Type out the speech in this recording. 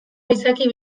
izaki